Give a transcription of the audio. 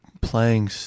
playing